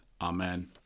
Amen